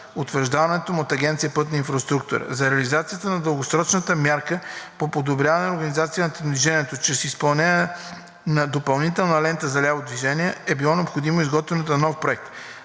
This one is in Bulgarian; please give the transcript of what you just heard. утвърждаването му от Агенция „Пътна инфраструктура“. За реализацията на дългосрочната мярка по подобряване на организацията на движението чрез изпълнение на допълнителна лента за ляво движение е било необходимо изготвянето на нов проект.